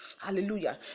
hallelujah